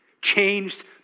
Changed